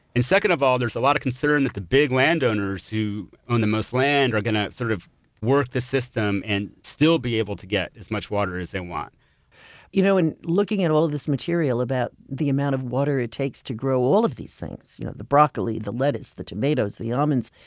second of all, there's a lot of concern that the big landowners who own the most land are going to sort of work the system and still be able to get as much water as they want you know in looking at all of this material about the amount of water it takes to grow all of these things you know the broccoli, the lettuce, the tomatoes, the almonds,